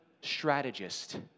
strategist